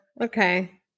okay